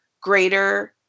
greater